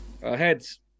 Heads